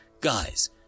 Guys